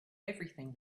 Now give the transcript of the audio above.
everything